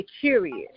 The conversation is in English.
curious